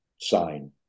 sign